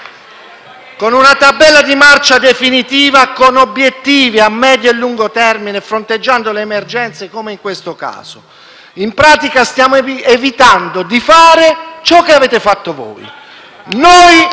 Con una tabella di marcia definitiva e con obiettivi a medio e lungo termine, fronteggiando le emergenze come in questo caso. In pratica, stiamo evitando di fare ciò che avete fatto voi.